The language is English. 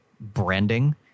branding